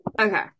Okay